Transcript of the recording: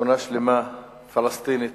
שכונה שלמה, פלסטינית,